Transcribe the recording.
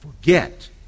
forget